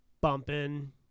bumping